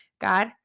God